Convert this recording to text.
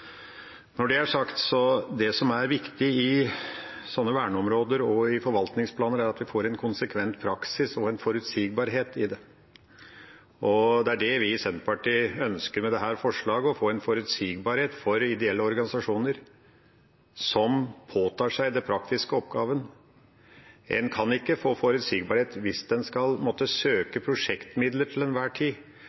Når det er sagt, er det som er viktig i sånne verneområder og i forvaltningsplaner, at vi får en konsekvent praksis og en forutsigbarhet. Det er det vi i Senterpartiet ønsker med dette forslaget, å få en forutsigbarhet for ideelle organisasjoner som påtar seg den praktiske oppgaven. En kan ikke få forutsigbarhet hvis en skal måtte søke om prosjektmidler til enhver tid.